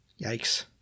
Yikes